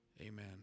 Amen